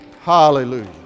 Hallelujah